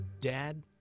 Dad